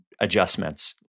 adjustments